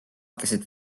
keset